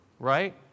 right